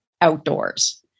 outdoors